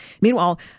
Meanwhile